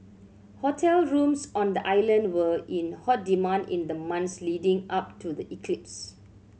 hotel rooms on the island were in hot demand in the month leading up to the eclipse